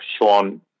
Sean